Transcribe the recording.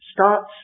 starts